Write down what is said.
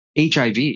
HIV